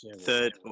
third